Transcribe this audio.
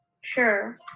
Sure